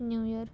new year